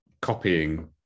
copying